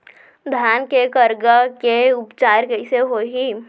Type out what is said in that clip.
धान के करगा के उपचार कइसे होही?